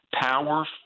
power